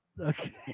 Okay